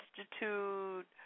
Institute